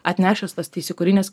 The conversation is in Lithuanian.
atnešęs tas teisėkūrines